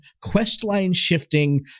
quest-line-shifting